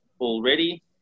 already